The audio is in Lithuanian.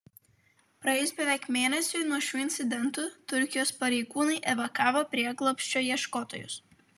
praėjus beveik mėnesiui nuo šių incidentų turkijos pareigūnai evakavo prieglobsčio ieškotojus